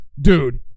dude